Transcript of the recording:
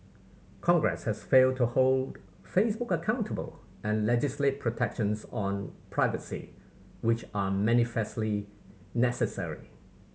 congress has failed to hold Facebook accountable and legislate protections on privacy which are manifestly necessary